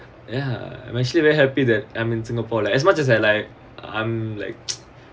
yeah I'm actually very happy that I'm in singapore like as much as I like I'm like